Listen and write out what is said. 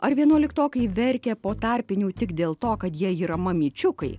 ar vienuoliktokai verkia po tarpinių tik dėlto kad jie yra mamyčiukai